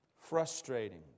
Frustrating